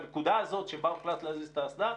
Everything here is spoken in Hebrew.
בנקודה הזאת שבה הוחלט להזיז את האסדה,